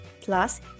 Plus